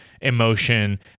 emotion